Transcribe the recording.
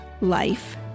life